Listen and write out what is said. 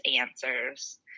answers